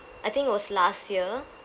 I think was last year